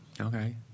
Okay